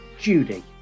Judy